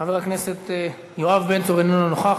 חבר הכנסת יואב בן צור, איננו נוכח.